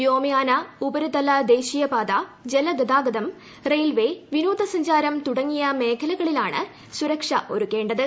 വ്യോമയാന ഉപരിതല ദേശീയപാത ജലഗതാഗതം റെയിൽവേ വിനോദസഞ്ചാരം തുടങ്ങിയ മേഖലകളിലാണ് സുരക്ഷ ഒരുക്കേണ്ടത്